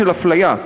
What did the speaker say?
של הפליה.